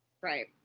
Right